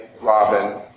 Robin